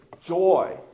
joy